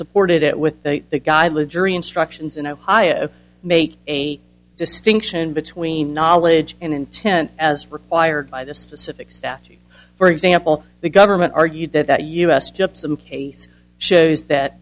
supported it with the guy live jury instructions in ohio make a distinction between knowledge and intent as required by the specific statute for example the government argued that that u s gypsum case shows that